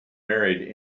married